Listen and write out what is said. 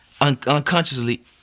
unconsciously